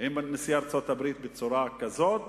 עם נשיא ארצות-הברית בצורה כזאת,